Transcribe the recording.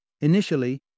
Initially